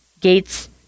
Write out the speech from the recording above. gates